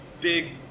big